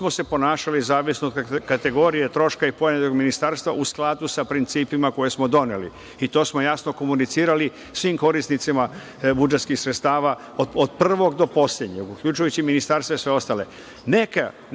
smo se ponašali u zavisnosti od kategorije troška ministarstva u skladu sa principima koje smo doneli i to smo jasno komunicirali svim korisnicima budžetskih sredstava od prvog do poslednjeg uključujući ministarstva i sve ostale.